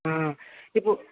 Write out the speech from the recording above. ఇప్పు